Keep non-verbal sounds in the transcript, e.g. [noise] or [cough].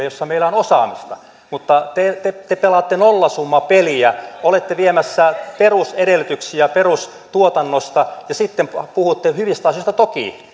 [unintelligible] jossa meillä on osaamista mutta te te pelaatte nollasummapeliä olette viemässä perusedellytyksiä perustuotannosta ja sitten puhutte hyvistä asioista toki [unintelligible]